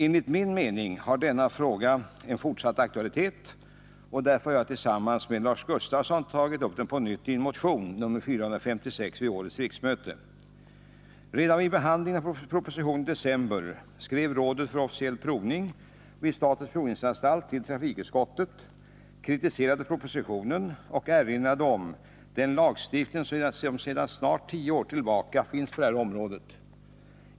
Enligt min mening har denna fråga fortsatt aktualitet, och därför har jag tillsammans med Lars Gustafsson tagit upp den på nytt i motion 456 vid årets riksmöte. Redan vid behandlingen av propositionen i december skrev rådet för officiell provning vid statens provningsanstalt till trafikutskottet, kritiserade propositionen och erinrade om den lagstiftning som sedan snart tio år tillbaka finns på detta område.